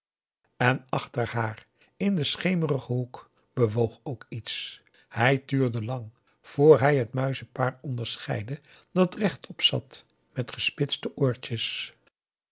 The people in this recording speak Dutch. en achter haar in den schemerigen hoek bewoog ook iets hij tuurde lang voor hij het muizenpaar onderscheidde dat rechtop zat met gespitste oortjes